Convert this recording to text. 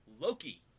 Loki